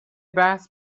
بحث